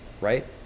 right